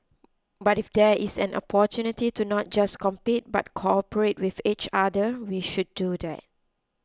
but if there is an opportunity to not just compete but cooperate with each other we should do that